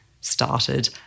started